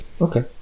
okay